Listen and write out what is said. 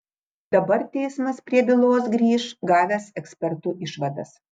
dabar teismas prie bylos grįš gavęs ekspertų išvadas